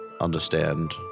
understand